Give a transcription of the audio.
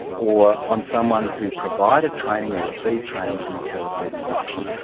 or on someone who provided training or received training from a terrorist organisation.